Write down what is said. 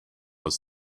was